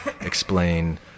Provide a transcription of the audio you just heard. explain